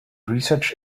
research